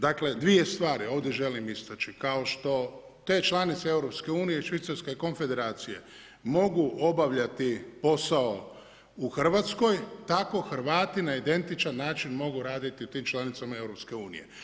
Dakle dvije stvari ovdje želim istaći, kao što te članice EU Švicarska i konfederacije mogu obavljati posao u Hrvatskoj, tako Hrvati mogu na identičan način mogu raditi u tim članicama EU.